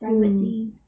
mm